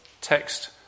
text